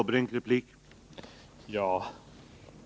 Herr talman!